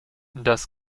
das